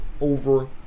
over